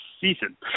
season